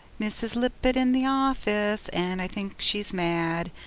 mrs. lippett in the office, and i think she's mad.